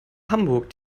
hamburg